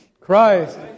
Christ